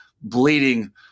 bleeding